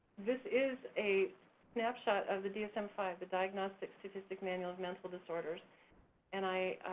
this is a snapshot of the dsm five, the diagnostic statistic manual of mental disorders and i